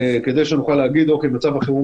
זה לגבי הנתונים וכמו שנאמר פה קודם לכן,